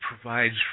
provides